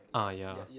ah ya